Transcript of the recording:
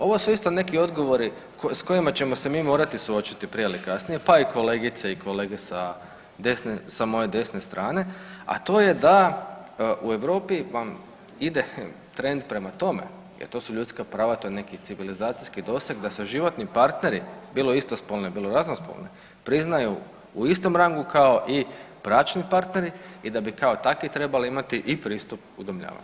Ovo su isto neki odgovori sa kojima ćemo se mi morati suočiti prije ili kasnije, pa i kolegice i kolege sa moje desne strane, a to je da u Europi vam ide trend prema tome, jer to su ljudska prava, to je neki civilizacijski doseg da se životni partneri bilo istospolni, bilo raznospolni priznaju u istom rangu kao i bračni partneri i da bi kao takvi trebali imati i pristup udomljavanju.